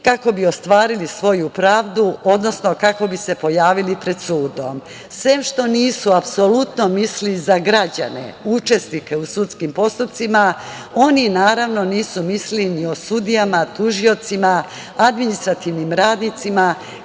kako bi ostvarili svoju pravdu, odnosno kako bi se pojavili pred sudom. Sem što nisu mislili za građane, učesnike u sudskim postupcima, oni nisu mislili ni o sudijama, tužiocima, administrativnim radnicima